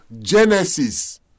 Genesis